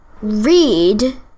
read